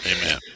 Amen